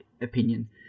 opinion